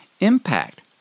impact